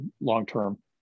long-term